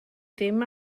ddim